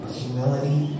humility